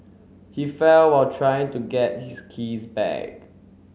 he fell while trying to get his keys back